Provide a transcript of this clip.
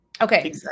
Okay